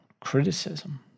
criticism